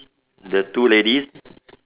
the two ladies